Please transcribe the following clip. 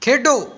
ਖੇਡੋ